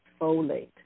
folate